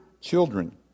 children